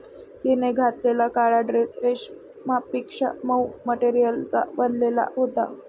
तिने घातलेला काळा ड्रेस रेशमापेक्षा मऊ मटेरियलचा बनलेला होता